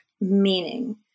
meaning